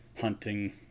hunting